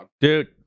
Dude